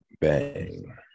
Bang